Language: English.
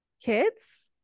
kids